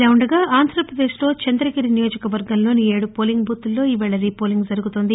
ఇదిలా ఉండగా ఆంధ్రప్రదేశ్లో చంద్రగిరి నియోజకవర్గంలోని ఏడు పోలింగ్ బూత్లలో ఈ రోజు రీపోలింగ్ జరుగుతోంది